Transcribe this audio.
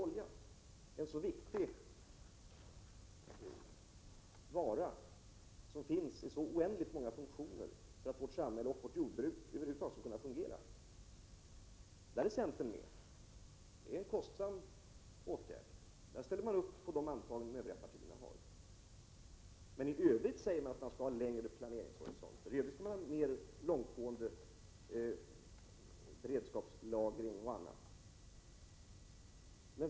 Olja är ju en så viktig vara som används i så oändligt många funktioner för att vårt jordbruk och vårt samhälle över huvud taget skall kunna fungera. Där är centern med. Det är en kostsam åtgärd. Men där ställer man sig bakom de antaganden som de Övriga partierna gör, medan man i övrigt säger sig vilja ha en vidare planeringshorisont och en mera långtgående beredskapslagring etc.